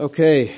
Okay